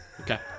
Okay